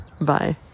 Bye